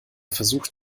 versucht